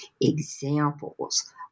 examples